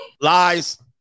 Lies